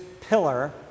pillar